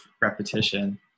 repetition